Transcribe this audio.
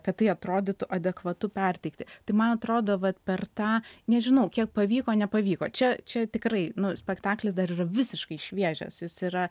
kad tai atrodytų adekvatu perteikti tai man atrodo kad per tą nežinau kiek pavyko nepavyko čia čia tikrai nu spektaklis dar yra visiškai šviežias jis yra